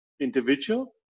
individual